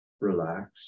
Relax